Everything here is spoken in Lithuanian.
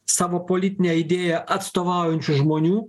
savo politinę idėją atstovaujančių žmonių